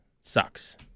Sucks